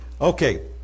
Okay